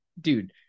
dude